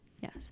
yes